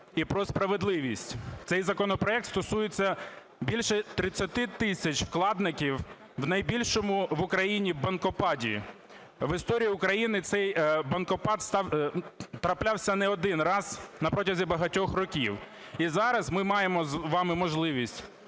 і про справедливість. Цей законопроект стосується більше 30 тисяч вкладників в найбільшому в Україні "банкопаді". В історії України цей "банкопад" траплявся не один раз протягом багатьох років. І зараз ми маємо з вами можливість